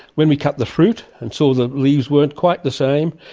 when we cut the fruit and saw the leaves weren't quite the same,